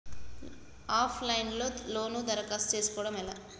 Of line లో loan దరఖాస్తు చేసుకోవడం ఎలా?